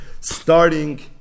starting